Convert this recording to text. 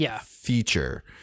feature